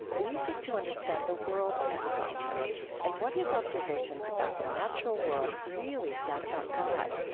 we seek to understand the world that formed him and what his observations about the natural world really said about god.